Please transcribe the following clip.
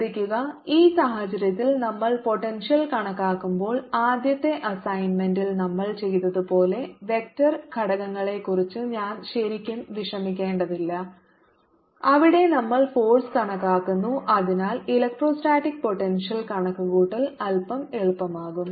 ശ്രദ്ധിക്കുക ഈ സാഹചര്യത്തിൽ നമ്മൾ പോട്ടെൻഷ്യൽ കണക്കാക്കുമ്പോൾ ആദ്യത്തെ അസൈൻമെൻറിൽ നമ്മൾ ചെയ്തതുപോലെ വെക്റ്റർ ഘടകങ്ങളെക്കുറിച്ച് ഞാൻ ശരിക്കും വിഷമിക്കേണ്ടതില്ല അവിടെ നമ്മൾ ഫോഴ്സ് കണക്കാക്കുന്നു അതിനാൽ ഇലക്ട്രോസ്റ്റാറ്റിക് പോട്ടെൻഷ്യൽ കണക്കുകൂട്ടൽ അൽപം എളുപ്പമാകും